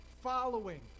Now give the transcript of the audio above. following